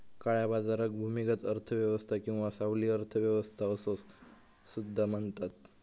काळ्या बाजाराक भूमिगत अर्थ व्यवस्था किंवा सावली अर्थ व्यवस्था असो सुद्धा म्हणतत